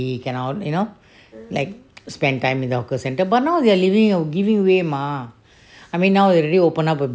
you can out you know like spend time in the hawker centre but now they are leaving know giving way mah I mean now they already open up a